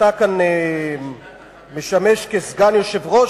אתה כאן משמש סגן היושב-ראש,